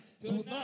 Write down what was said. Tonight